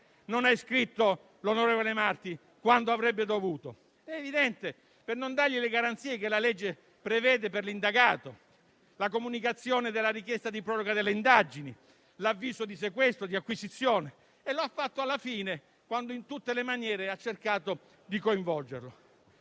non ha iscritto l'onorevole Marti, quando avrebbe dovuto? È evidente: per non dargli le garanzie che la legge prevede per l'indagato, come la comunicazione della richiesta di proroga delle indagini o l'avviso di sequestro o di acquisizione. Lo ha fatto alla fine, quando in tutte le maniere ha cercato di coinvolgerlo.